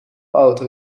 auto